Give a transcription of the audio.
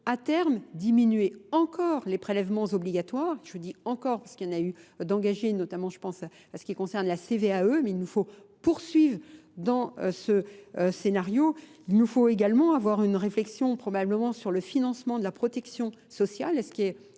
à terme diminuer encore les prélèvements obligatoires. Je vous dis encore parce qu'il y en a eu d'engagées, notamment je pense à ce qui concerne la CVAE, mais il nous faut poursuivre Dans ce scénario, il nous faut également avoir une réflexion probablement sur le financement de la protection sociale.